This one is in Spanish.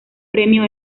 premio